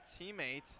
teammate